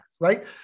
right